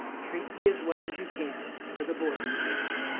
treat me as well as you can, for the boy's sake.